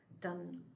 done